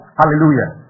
hallelujah